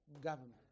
government